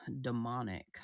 demonic